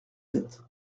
sept